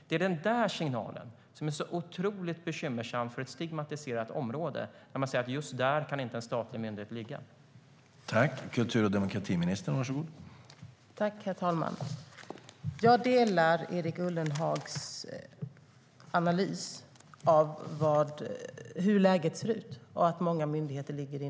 Det är den där signalen som är otroligt bekymmersam för ett stigmatiserat område, att man säger att just där kan en statlig myndighet inte ligga.